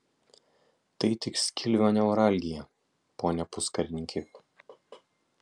tai tik skilvio neuralgija pone puskarininki